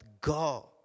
God